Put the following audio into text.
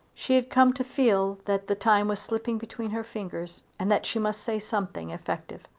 she had come to feel that the time was slipping between her fingers and that she must say something effective.